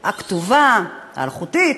הכתובה, האלחוטית,